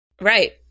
Right